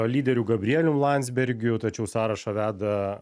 lyderiu gabrielium landsbergiu tačiau sąrašą veda